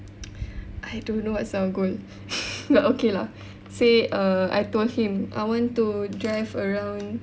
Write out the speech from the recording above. I don't know what's our goal but okay lah say ah I told him I want to drive around